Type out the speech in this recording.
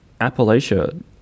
Appalachia